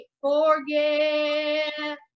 forget